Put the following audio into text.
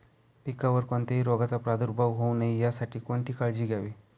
पिकावर कोणत्याही रोगाचा प्रादुर्भाव होऊ नये यासाठी कोणती काळजी घ्यावी?